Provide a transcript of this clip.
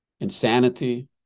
insanity